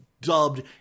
dubbed